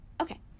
Okay